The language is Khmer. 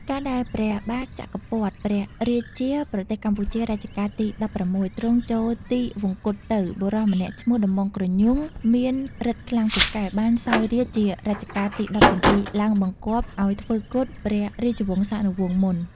កាលដែលព្រះបាទចក្រពត្រ ព្រះរាជាប្រទេសកម្ពុជារជ្ជកាលទី ១៦ ទ្រង់ចូលទិវង្គតទៅ បុរសម្នាក់ឈ្មោះ ដំបងគ្រញូងមានរិទ្ធិខ្លាំងពូកែបានសោយរាជ្យជារជ្ជកាលទី ១៧ ឡើង បង្គាប់ឲ្យធ្វើគុតព្រះរាជវង្សានុវង្សមុន ។